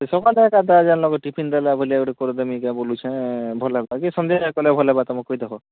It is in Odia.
ସକାଳେ ଏକା ଜାହାର ଜାହାର ନକେ ଟିଫିନ୍ ଦେଲାଭଲିଆଗୁଟେ କରିଦେମି କାଏଁ ବୋଲୁଛେଁ ଭଲ ହେତାଜେ ସନ୍ଧ୍ୟାରେ କଲେ ଭଲ ହେବା ତମେ କହିଦେଖ